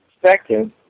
perspective